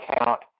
account